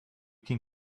can